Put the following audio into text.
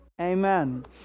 Amen